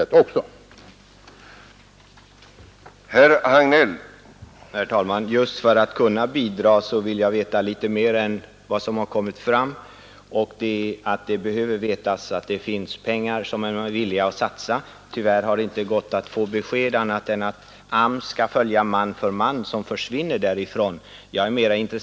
att motverka den minskade sysselsättningen vid den statliga verkstaden